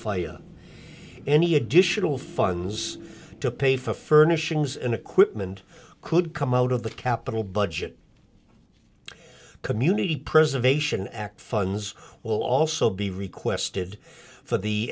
fire any additional funds to pay for furnishings and equipment could come out of the capital budget community preservation act funds will also be requested for the